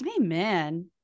amen